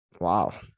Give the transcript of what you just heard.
Wow